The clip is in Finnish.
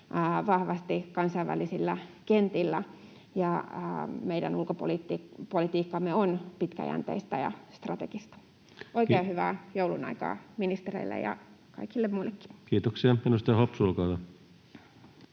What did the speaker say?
vahvasti kansainvälisillä kentillä. Meidän ulkopolitiikkamme on pitkäjänteistä ja strategista. Oikein hyvää joulunaikaa ministereille ja kaikille muillekin. [Speech 112] Speaker: